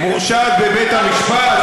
מורשעת בבית המשפט?